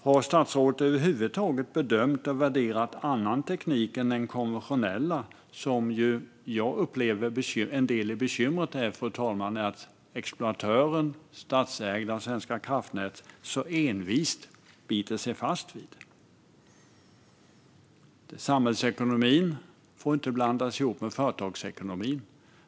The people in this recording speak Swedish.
Har statsrådet över huvud taget bedömt och värderat annan teknik än den konventionella, som jag upplever att en del är bekymrade över att exploatören, statsägda Svenska kraftnät, så envist biter sig fast vid? Samhällsekonomin får inte blandas ihop med företagsekonomin.